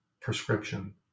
prescription